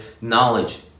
knowledge